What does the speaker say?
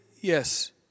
yes